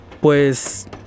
Pues